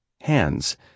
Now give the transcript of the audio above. hands